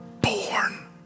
born